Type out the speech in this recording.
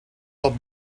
old